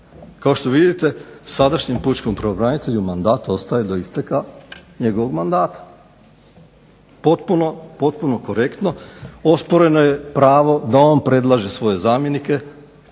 Kao što vidite sadašnjem pučkog pravobranitelju mandat ostaje do isteka njegovog mandata. Potpuno korektno. Osporeno je pravo da on predlaže svoje zamjenike.